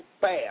fast